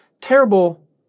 terrible